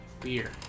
beer